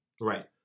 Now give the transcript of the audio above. Right